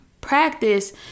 practice